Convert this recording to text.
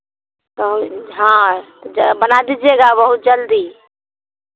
हाँ जा बना दीजिएगा बहुत जल्दी